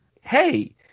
Hey